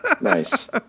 nice